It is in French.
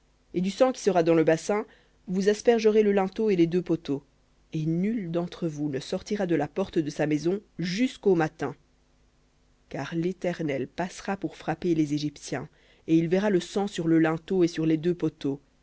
et du sang qui sera dans le bassin vous aspergerez le linteau et les deux poteaux et nul d'entre vous ne sortira de la porte de sa maison jusqu'au matin car l'éternel passera pour frapper les égyptiens et il verra le sang sur le linteau et sur les deux poteaux